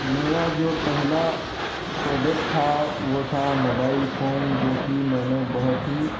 میرا جو پہلا پروڈکٹ تھا وہ تھا موبائل فون جو کہ میں نے بہت ہی